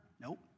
Nope